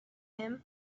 him